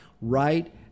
right